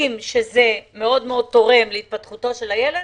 מאוד תורמות להתפתחותו של הילד,